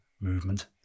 movement